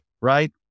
right